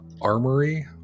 armory